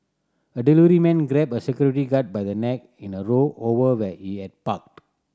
a delivery man grabbed a security guard by the neck in a row over where he had parked